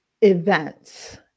events